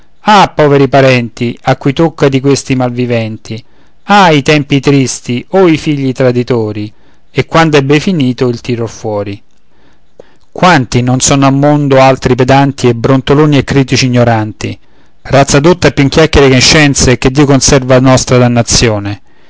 ah poveri parenti a cui tocca di questi malviventi ah i tempi tristi oh i figli traditori e quando ebbe finito il tirò fuori quanti non sono al mondo altri pedanti e brontoloni e critici ignoranti razza dotta più in chiacchiere che in scienze che dio conserva a nostra dannazione